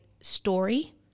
story